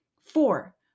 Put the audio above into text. Four